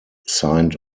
signed